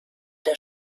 der